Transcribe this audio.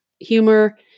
humor